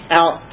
out